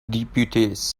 deputies